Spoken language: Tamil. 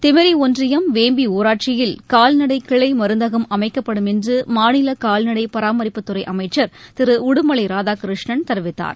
திமிரி ஒன்றியம் வேம்பி ஊராட்சியில் கால்நடை கிளை மருந்தகம் அமைக்கப்படும் என்று மாநில கால்நடை பராமரிப்புத்துறை அமைச்சர் திரு உடுமலை ராதாகிருஷ்ணன் தெரிவித்தார்